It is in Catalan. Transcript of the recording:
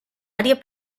àrea